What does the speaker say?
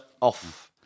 off